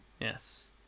yes